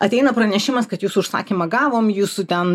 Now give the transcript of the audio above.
ateina pranešimas kad jūsų užsakymą gavom jūsų ten